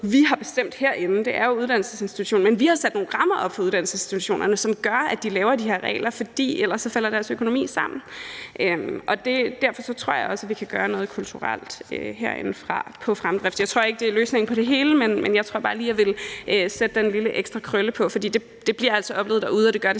vi har bestemt herinde – det er jo uddannelsesinstitutionerne – men vi har sat nogle rammer op for uddannelsesinstitutionerne, som gør, at de laver de her regler, fordi deres økonomi ellers falder sammen. Derfor tror jeg også, at vi kan gøre noget kulturelt herindefra i forbindelse med fremdriftsreformen. Jeg tror ikke, at det er løsningen på det hele, men jeg vil bare lige sætte den lille ekstra krølle på, for man oplever altså stadig væk det her derude,